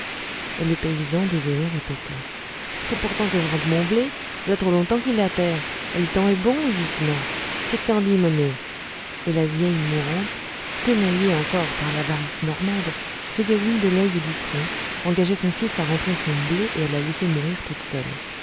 et le paysan désolé répétait faut pourtant que j'rentre mon blé v'là trop longtemps qu'il est à terre l'temps est bon justement que qu t'en dis ma mé et la vieille mourante tenaillée encore par l'avarice normande faisait oui de l'oeil et du front engageait son fils à rentrer son blé et à la laisser mourir toute seule